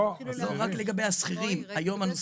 לא, השכירים.